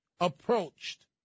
approached